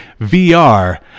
VR